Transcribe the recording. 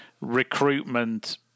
recruitment